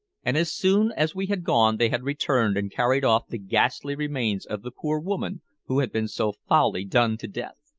and as soon as we had gone they had returned and carried off the ghastly remains of the poor woman who had been so foully done to death.